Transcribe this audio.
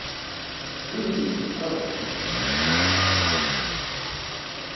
ᱦᱩᱸᱢ hello